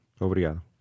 Obrigado